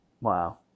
Wow